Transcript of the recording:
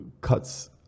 cuts